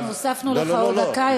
אנחנו הוספנו לך עוד דקה.